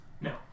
No